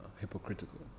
hypocritical